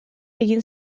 egin